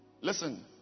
Listen